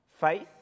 faith